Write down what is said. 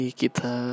kita